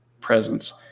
presence